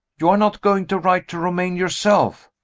you are not going to write to romayne yourself?